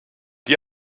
die